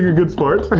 good sport.